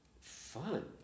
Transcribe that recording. fun